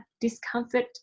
discomfort